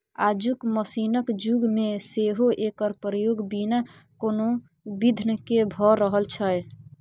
आजुक मशीनक युग मे सेहो एकर प्रयोग बिना कोनो बिघ्न केँ भ रहल छै